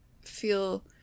feel